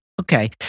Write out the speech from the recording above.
okay